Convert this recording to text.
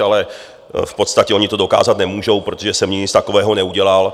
Ale v podstatě oni to dokázat nemůžou, protože jsem nic takového neudělal.